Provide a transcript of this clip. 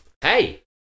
Hey